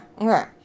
okay